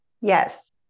Yes